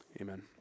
Amen